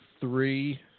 three